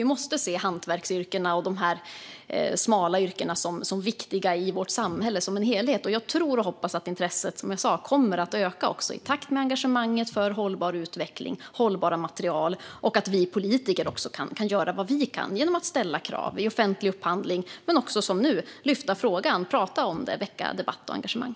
Vi måste se de smala hantverksyrkena som viktiga i vårt samhälle. Jag tror och hoppas som sagt att intresset kommer att öka i takt med engagemanget för hållbar utveckling och hållbara material. Vi politiker måste också göra vad vi kan genom att ställa krav i offentlig upphandling och genom att som nu lyfta upp frågan, tala om detta och väcka debatt och engagemang.